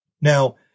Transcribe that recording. Now